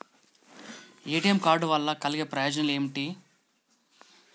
ATM card వల్ల కలిగే ప్రయోజనాలు ఏమిటి?